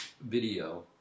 Video